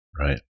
Right